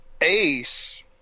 Ace